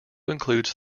includes